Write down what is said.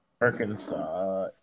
arkansas